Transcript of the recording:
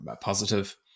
positive